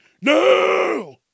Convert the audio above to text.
No